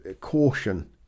caution